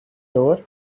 door